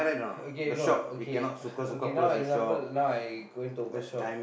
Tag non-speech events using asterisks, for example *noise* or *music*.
okay no okay *noise* okay now example now I going to open shop